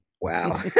Wow